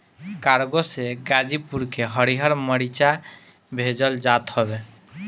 cargo से गाजीपुर के हरिहर मारीचा भेजल जात हवे